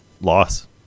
loss